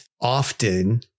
often